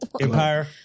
Empire